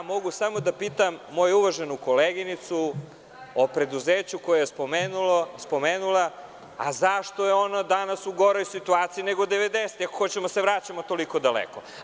Mogu samo da pitam moju uvaženu koleginicu o preduzeću koje je spomenula – a zašto je ono danas u goroj situaciji nego 90-ih, ako hoćemo da se vraćamo toliko daleko?